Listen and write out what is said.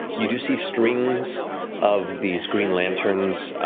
you do see strings of these green lanterns,